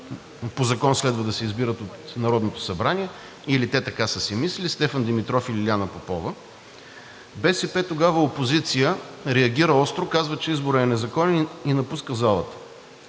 по закон следва да се избират от Народното събрание или те така са си мислили – Стефан Димитров и Лиляна Попова. БСП, тогава в опозиция, реагира остро, казва, че изборът е незаконен и напуска залата.